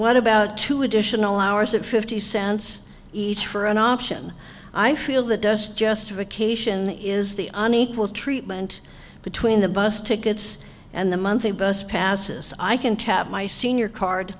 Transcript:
what about two additional hours of fifty cents each for an option i feel that does justification is the unequal treatment between the bus tickets and the monthly bus passes i can tap my senior card